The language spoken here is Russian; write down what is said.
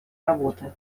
работы